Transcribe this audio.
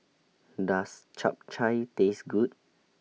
Does Chap Chai Taste Good